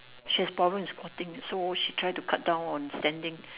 she has problem in squatting so she try to cut down on standing